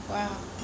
Wow